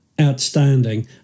outstanding